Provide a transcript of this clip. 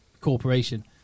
corporation